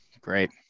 Great